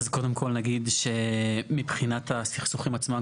אז קודם כל נגיד שמבחינת הסכסוכים עצמם,